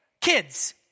kids